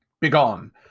Begone